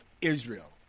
Israel